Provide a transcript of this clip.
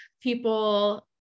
People